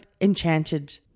enchanted